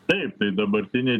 taip tai dabartiniai